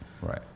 Right